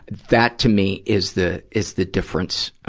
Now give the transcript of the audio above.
that, to me, is the, is the difference, um,